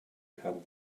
kann